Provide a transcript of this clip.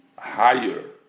Higher